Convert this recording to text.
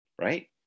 right